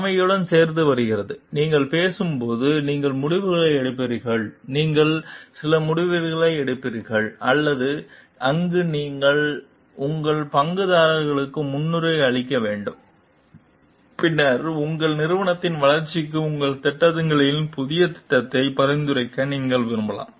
தலைமையுடன் சேர்ந்து வருகிறது நீங்கள் பேசும்போது நீங்கள் முடிவுகளை எடுப்பீர்கள் நீங்கள் சில முடிவுகளை எடுப்பீர்கள் அங்கு நீங்கள் உங்கள் பங்குதாரர்களுக்கு முன்னுரிமை அளிக்க வேண்டும் பின்னர் உங்கள் நிறுவனத்தின் வளர்ச்சிக்கு உங்கள் திட்டங்களில் புதிய திட்டங்களை பரிந்துரைக்க நீங்கள் விரும்பலாம்